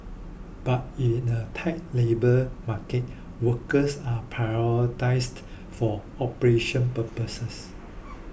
but in a tight labour market workers are prioritised for operation purposes